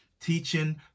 teaching